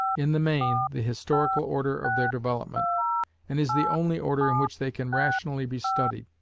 in the main, the historical order of their development and is the only order in which they can rationally be studied.